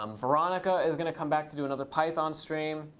um veronica is going to come back to do another python stream.